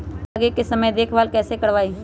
फल लगे के समय देखभाल कैसे करवाई?